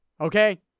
Okay